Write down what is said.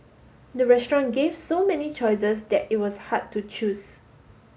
the restaurant gave so many choices that it was hard to choose